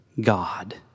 God